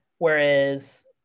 Whereas